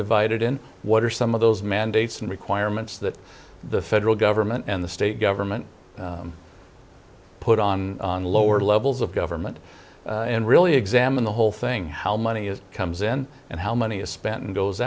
divided in what are some of those mandates and requirements that the federal government and the state government put on lower levels of government and really examine the whole thing how money is comes in and how money is spent and goes